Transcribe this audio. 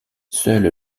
seule